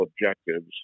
objectives